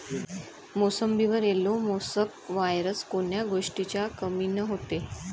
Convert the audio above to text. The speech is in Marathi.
मोसंबीवर येलो मोसॅक वायरस कोन्या गोष्टीच्या कमीनं होते?